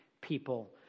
people